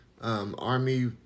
army